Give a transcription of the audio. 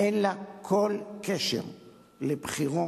אין לה כל קשר לבחירה